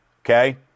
Okay